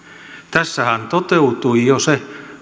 tässähän toteutui jo se